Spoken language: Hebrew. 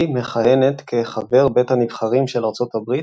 לי מכהנת כחבר בית הנבחרים של ארצות הברית